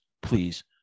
please